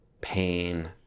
pain